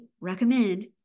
recommend